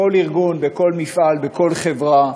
בכל ארגון, בכל מפעל, בכל חברה,